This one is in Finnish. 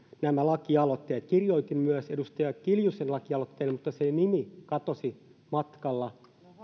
nämä lakialoitteet allekirjoitin myös edustaja kiljusen lakialoitteen mutta se nimi katosi matkalla